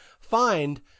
find